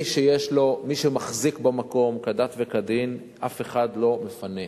מי שמחזיק במקום כדת וכדין, אף אחד לא מפנה,